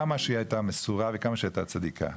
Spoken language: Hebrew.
כמה שהיא הייתה מסורה וכמה שהיא הייתה צדיקה,